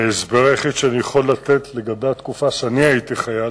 וההסבר היחיד שאני יכול לתת לגבי התקופה שאני הייתי חייל,